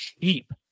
cheap